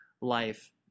life